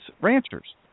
ranchers